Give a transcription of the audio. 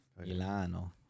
Milano